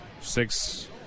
six